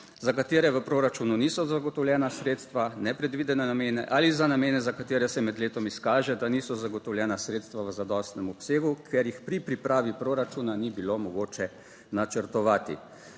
za katere v proračunu niso zagotovljena sredstva nepredvidene namene ali za namene za katere se med letom izkaže, da niso zagotovljena sredstva v zadostnem obsegu, ker jih pri pripravi proračuna ni bilo mogoče načrtovati.